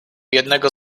jednego